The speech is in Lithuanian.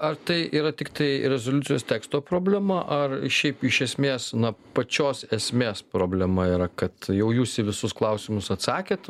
ar tai yra tiktai rezoliucijos teksto problema ar šiaip iš esmės na pačios esmės problema yra kad jau jūs į visus klausimus atsakėt